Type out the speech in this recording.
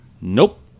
Nope